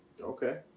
Okay